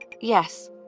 Yes